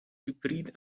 hybrid